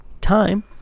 time